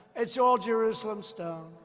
it's all jerusalem stone.